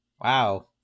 Wow